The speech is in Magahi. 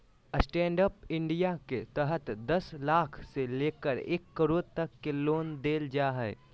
स्टैंडअप इंडिया के तहत दस लाख से लेकर एक करोड़ तक के लोन देल जा हइ